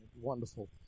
wonderful